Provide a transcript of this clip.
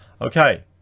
Okay